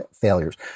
failures